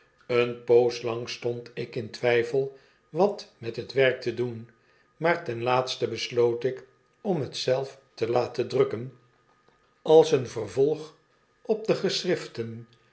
eene poos lang stond ik in twijfel wat met het werk te doen maar ten laatste besloot ik om het zelf te laten drukken als een vervolg op de geschriften